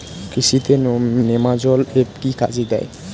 কৃষি তে নেমাজল এফ কি কাজে দেয়?